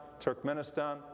Turkmenistan